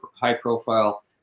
high-profile